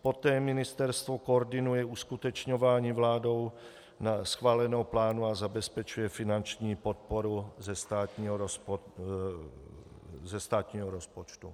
Poté ministerstvo koordinuje uskutečňování vládou schváleného plánu a zabezpečuje finanční podporu ze státního rozpočtu.